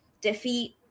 defeat